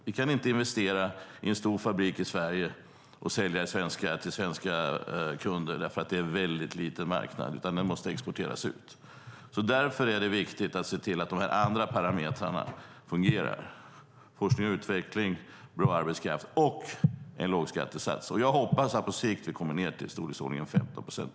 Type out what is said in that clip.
Vi kan inte investera i en stor fabrik i Sverige och sälja till svenska kunder, eftersom marknaden är väldigt liten, utan det måste exporteras ut. Därför är det viktigt att se till att de andra parametrarna fungerar: forskning och utveckling, bra arbetskraft och en låg skattesats. Jag hoppas att vi på sikt kommer ned till i storleksordningen 15 procent.